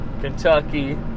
Kentucky